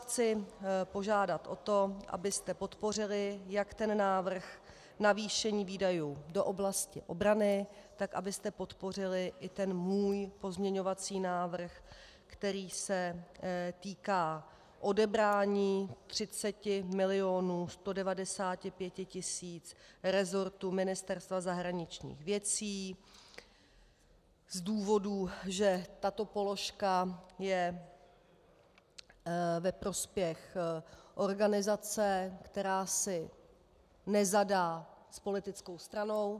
Chci vás požádat o to, abyste podpořili jak návrh navýšení výdajů do oblasti obrany, tak abyste podpořili i můj pozměňovací návrh, který se týká odebrání 30 milionů 195 tisíc resortu Ministerstva zahraničních věcí z důvodu, že tato položka je ve prospěch organizace, která si nezadá s politickou stranou.